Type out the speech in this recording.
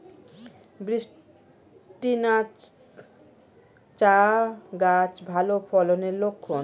বৃষ্টিস্নাত চা গাছ ভালো ফলনের লক্ষন